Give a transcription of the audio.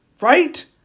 Right